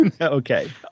okay